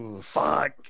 Fuck